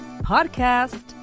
podcast